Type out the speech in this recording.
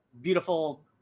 beautiful